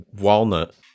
walnut